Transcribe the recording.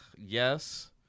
yes